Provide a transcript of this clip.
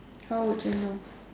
how would you know